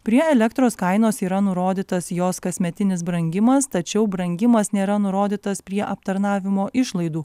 prie elektros kainos yra nurodytas jos kasmetinis brangimas tačiau brangimas nėra nurodytas prie aptarnavimo išlaidų